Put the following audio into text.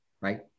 right